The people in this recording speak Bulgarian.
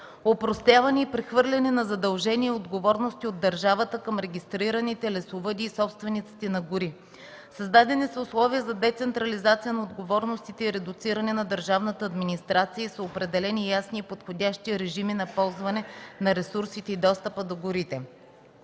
опростяване и прехвърляне на задължения и отговорности от държавата към регистрираните лесовъди и собствениците на гори; създадени са условия за децентрализация на отговорностите и редуциране на държавната администрация и са определени ясни и подходящи режими на ползване на ресурсите и достъпа до горите;